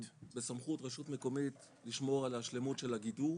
בסמכות רשות מקומית לשמור על השלמות של הגידור,